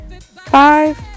five